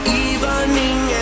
evening